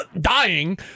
dying